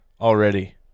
already